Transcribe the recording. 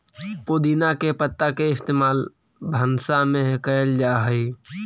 पुदीना के पत्ता के इस्तेमाल भंसा में कएल जा हई